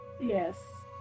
Yes